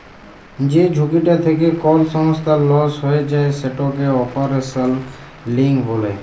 যে ঝুঁকিটা থ্যাকে কল সংস্থার লস হঁয়ে যায় সেটকে অপারেশলাল রিস্ক ব্যলে